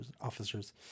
officers